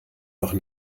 noch